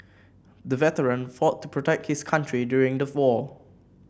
the veteran fought to protect his country during the war